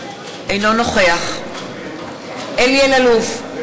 אינו נוכח אלי אלאלוף,